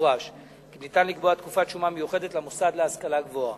במפורש כי ניתן לקבוע תקופת שומה מיוחדת למוסד להשכלה גבוהה.